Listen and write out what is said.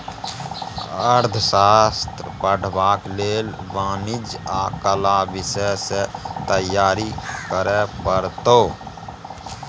अर्थशास्त्र पढ़बाक लेल वाणिज्य आ कला विषय सँ तैयारी करय पड़तौ